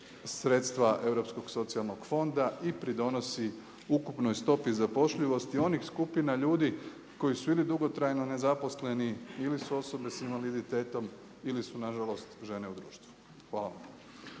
sredstva Europskog socijalnog fonda i pridonosi ukupnoj stopi zapošljivosti onih skupina ljudi koji su ili dugotrajno nezaposleni ili su osobe s invaliditetom ili su nažalost žene u društvu. Hvala.